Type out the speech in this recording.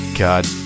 God